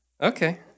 okay